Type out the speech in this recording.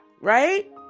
Right